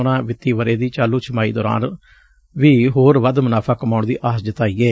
ਉਨੂਾਂ ਵਿੱਤੀ ਵਰ੍ਕੇ ਦੀ ਚਾਲੁ ਛਮਾਹੀ ਦੌਰਾਨ ਵੀ ਹੋਰ ਵੱਧ ਮੁਨਾਫ਼ਾ ਕਮਾਉਣ ਦੀ ਆਸ ਜਤਾਈ ਏ